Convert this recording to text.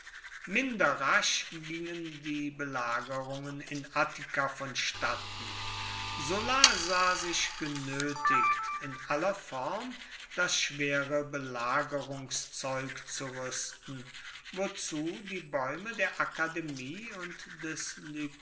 minder rasch gingen die belagerungen in attika vonstatten sulla sah sich genötigt in aller form das schwere belagerungszeug zu rüsten wozu die bäume der akademie und des